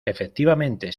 efectivamente